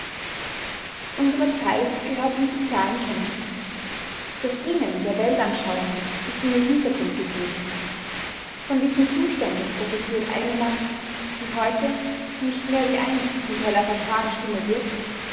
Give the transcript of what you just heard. unsere zeit gehört den sozialen kämpfen das ringen der weltanschauungen ist in den hintergrund getreten von diesem zustande profitiert eine macht die heute nicht mehr wie einst mit heller fanfarenstimme wirbt